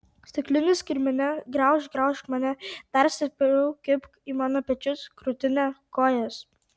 stiklinis kirmine graužk graužk mane dar stipriau kibk į mano pečius krūtinę kojas